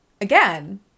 again